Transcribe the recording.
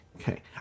Okay